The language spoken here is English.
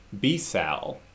B-sal